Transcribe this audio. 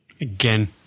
Again